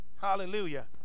Hallelujah